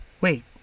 wait